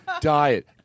Diet